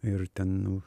ir ten nu